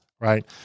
right